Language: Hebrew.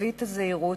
תווית הזהירות